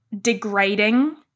degrading